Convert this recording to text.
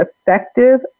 effective